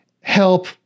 help